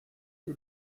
que